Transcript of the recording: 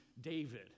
David